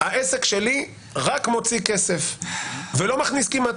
העסק שלי רק מוציא כסף, ולא מכניס כמעט.